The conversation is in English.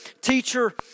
teacher